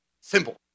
simple